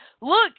look